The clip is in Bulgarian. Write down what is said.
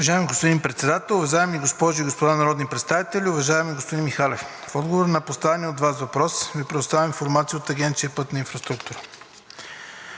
Уважаеми господин Председател, уважаеми госпожи и господа народни представители! Уважаеми господин Михалев, в отговор на поставения от Вас въпрос Ви предоставям информация от Агенция „Пътна инфраструктура“.